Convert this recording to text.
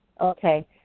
okay